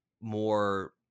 more